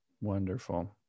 wonderful